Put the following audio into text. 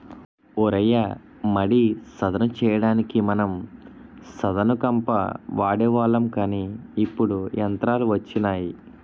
ఓ రయ్య మడి సదును చెయ్యడానికి మనం సదును కంప వాడేవాళ్ళం కానీ ఇప్పుడు యంత్రాలు వచ్చినాయి